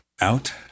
out